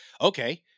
Okay